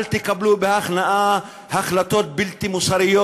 אל תקבלו בהכנעה החלטות בלתי מוסריות,